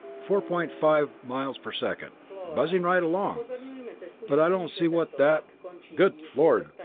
four point five miles per second buzzing right along but i don't see what that good lord!